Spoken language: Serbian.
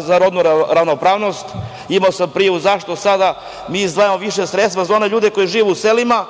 za rodnu ravnopravnost. Imao sam prijavu zašto sada mi izdvajamo više sredstva za one ljude koji žive u selima,